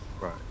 Right